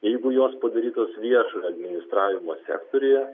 jeigu jos padarytos viešojo administravimo sektoriuje